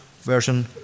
version